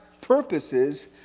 purposes